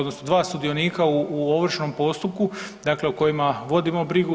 dva sudionika u ovršnom postupku dakle o kojima vodimo brigu.